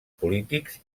polítics